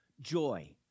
joy